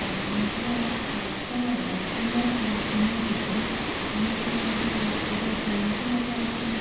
ಮೊದಲು camera camera ಕೂಡ ಚೆನ್ನಾಗೇ ಇತ್ತು ಮತ್ತು ಅದು ಇದರ ಮತ್ತೆ ಮತ್ತೆ ಅದು